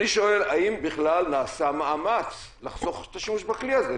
אני שואל האם בכלל נעשה מאמץ לחסוך את השימוש בכלי הזה.